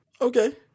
Okay